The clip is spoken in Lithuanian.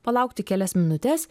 palaukti kelias minutes